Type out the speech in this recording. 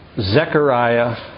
Zechariah